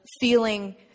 feeling